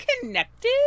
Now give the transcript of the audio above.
connected